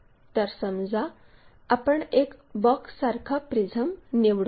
तर समजा आपण एक बॉक्ससारखा प्रिझम निवडू